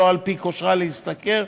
ולא על-פי כושרה להשתכר,